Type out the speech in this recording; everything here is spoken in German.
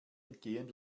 entgehen